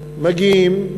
מגיעים,